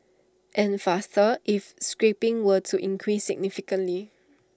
and faster if scrapping were to increase significantly